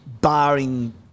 barring